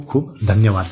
खूप खूप धन्यवाद